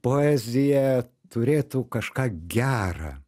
poezija turėtų kažką gerą